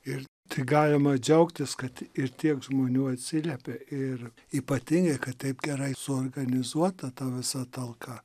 ir tai galima džiaugtis kad ir tiek žmonių atsiliepė ir ypatingai kad taip gerai suorganizuota ta visa talka